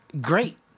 Great